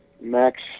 Max